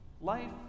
life